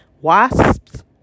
wasps